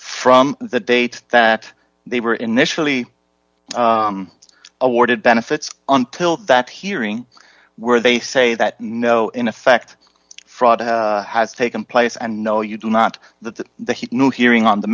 from the date that they were initially awarded benefits until that hearing where they say that no in effect fraud has taken place and no you do not that that he knew hearing on the